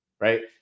right